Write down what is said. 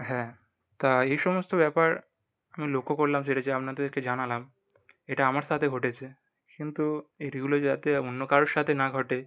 হ্যাঁ তা এই সমস্ত ব্যাপার আমি লক্ষ্য করলাম সেটা যে আপনাদেরকে জানালাম এটা আমার সাথে ঘটেছে কিন্তু এইগুলো যাতে অন্য কারোর সাথে না ঘটে